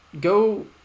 Go